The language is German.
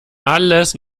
alles